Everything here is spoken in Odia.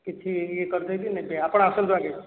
କିଛି ଇଏ କରିଦେଇକି ନେବେ ଆପଣ ଆସନ୍ତୁ ଆଗେ